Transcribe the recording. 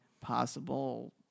possible